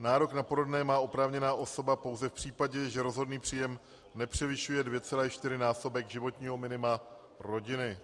Nárok na porodné má oprávněná osoba pouze v případě, že rozhodný příjem nepřevyšuje 2,4násobek životního minima rodiny.